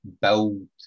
build